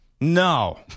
No